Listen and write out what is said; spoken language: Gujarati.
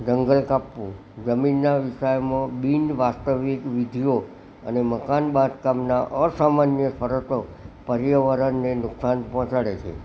જંગલ કાપવું જમીનના વિસ્તારમાં બિન વાસ્તવિક વિધિઓ અને મકાન બાંધકામના અસામાન્ય સરતો પર્યાવરણ ને નુકસાન પોચાળે છે